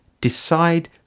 decide